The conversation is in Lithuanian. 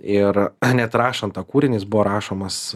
ir net rašant tą kūrinį jis buvo rašomas